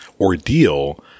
ordeal